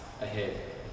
ahead